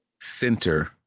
center